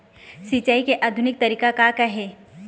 सिचाई के आधुनिक तरीका का का हे?